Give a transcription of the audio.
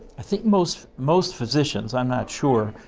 i think most most physicians, i'm not sure,